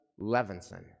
Levinson